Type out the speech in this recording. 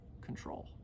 control